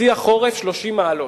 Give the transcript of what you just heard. שיא החורף, 30 מעלות.